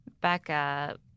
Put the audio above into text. Becca